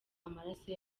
amaraso